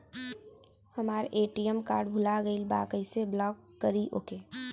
हमार ATM card भूला गईल बा कईसे ब्लॉक करी ओके?